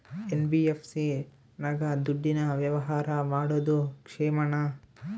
NBFC ನಾಗ ದುಡ್ಡಿನ ವ್ಯವಹಾರ ಮಾಡೋದು ಕ್ಷೇಮಾನ?